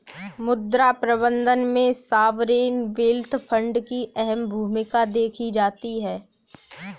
मुद्रा प्रबन्धन में सॉवरेन वेल्थ फंड की अहम भूमिका देखी जाती है